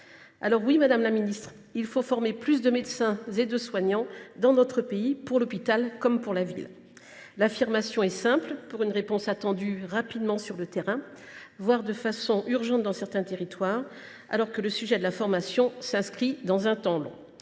! Oui, madame la ministre, il faut former plus de médecins et de soignants dans notre pays, pour l’hôpital comme pour la ville ! L’affirmation est simple, et la réponse attendue rapidement sur le terrain, voire urgemment dans certains territoires, alors que le sujet de la formation s’inscrit dans un temps long.